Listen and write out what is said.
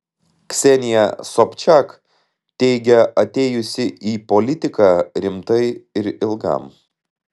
ksenija sobčiak teigia atėjusi į politiką rimtai ir ilgam